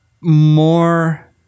more